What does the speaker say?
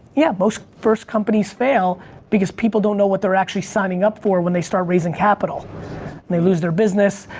yeah most first companies fail because people don't know what they're actually signing up for when they start raising capital and they lose their business.